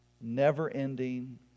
never-ending